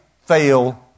fail